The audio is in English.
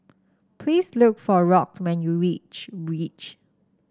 please look for Rock when you reach reach